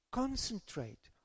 concentrate